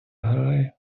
грає